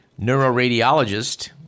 neuroradiologist